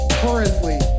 currently